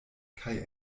kaj